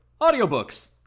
Audiobooks